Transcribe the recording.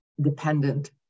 dependent